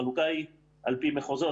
החלוקה היא על פי מחוזות.